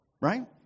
Right